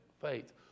faith